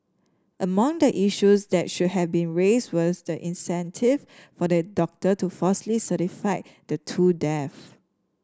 among the issues that should have been raised was the incentive for the doctor to falsely certify the two death